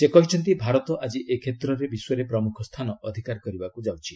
ସେ କହିଛନ୍ତି ଭାରତ ଆଜି ଏ କ୍ଷେତ୍ରରେ ବିଶ୍ୱରେ ପ୍ରମୁଖ ସ୍ଥାନ ଅଧିକାର କରିବାକୁ ଯାଉଛି